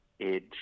Edge